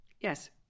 Yes